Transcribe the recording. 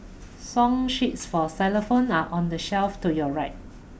song sheets for xylophones are on the shelf to your right